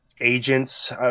agents